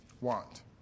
want